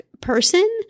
person